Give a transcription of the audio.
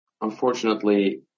Unfortunately